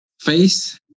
Face